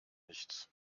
nichts